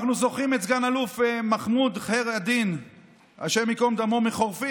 אנחנו זוכרים את סגן אלוף מחמוד ח'יר א-דין הי"ד מחורפיש,